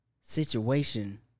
situation